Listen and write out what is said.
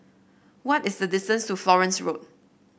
what is the distance to Florence Road